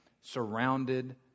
surrounded